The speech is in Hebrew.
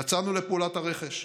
יצאנו לפעולת הרכש.